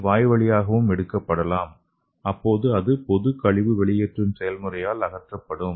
இது வாய்வழியாகவும் எடுக்கப்படலாம் அப்போது இது பொதுவாக கழிவு வெளியேற்றும் செயல்முறையால் அகற்றப்படும்